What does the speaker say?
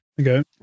Okay